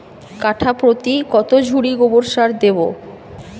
কাঠাপ্রতি কত ঝুড়ি গোবর সার দেবো?